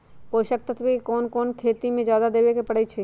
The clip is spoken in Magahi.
पोषक तत्व क कौन कौन खेती म जादा देवे क परईछी?